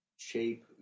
shape